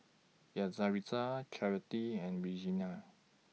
Yaritza Charity and Regenia